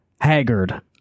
haggard